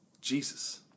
Jesus